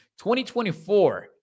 2024